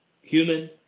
human